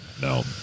No